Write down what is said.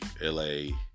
LA